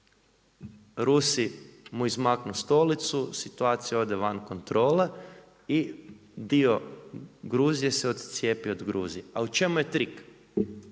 Rusi mu izmaknu stolicu, situacija ode van kontrole i dio Gruzije se ocijepi od Gruzije. A u čemu je trik?